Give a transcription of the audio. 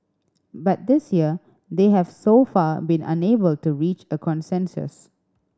but this year they have so far been unable to reach a consensus